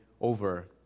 over